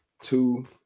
two